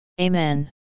Amen